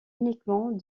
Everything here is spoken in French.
uniquement